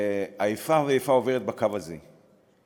כפי